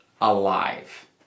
alive